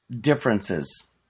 differences